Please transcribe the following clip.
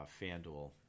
FanDuel